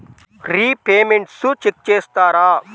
Repayments check చేస్తారా?